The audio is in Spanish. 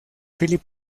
phil